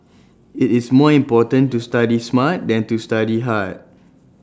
IT is more important to study smart than to study hard